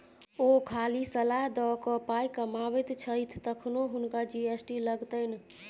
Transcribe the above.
ओ खाली सलाह द कए पाय कमाबैत छथि तखनो हुनका जी.एस.टी लागतनि